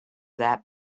that